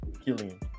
Killian